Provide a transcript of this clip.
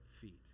feet